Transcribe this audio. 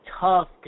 tough